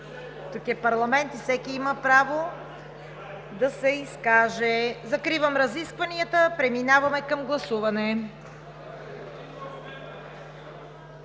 Тук е парламент и всеки има право да се изкаже. Закривам разискванията. Преминаваме към гласуване.